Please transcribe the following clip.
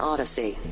Odyssey